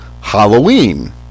halloween